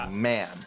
Man